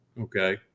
okay